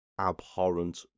Abhorrent